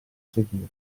seguire